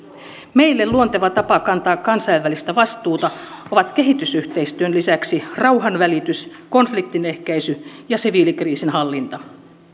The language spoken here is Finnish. meille luonteva tapa kantaa kansainvälistä vastuuta on kehitysyhteistyön lisäksi rauhanvälitys konfliktinehkäisy ja siviilikriisinhallinta